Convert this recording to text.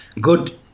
good